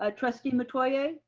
ah trustee metoyer,